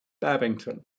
Babington